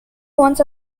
ones